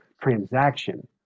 transaction